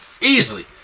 Easily